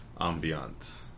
ambiance